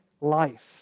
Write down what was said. life